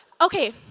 okay